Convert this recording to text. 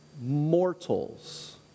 mortals